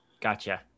Gotcha